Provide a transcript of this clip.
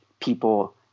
people